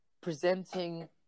presenting